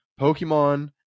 Pokemon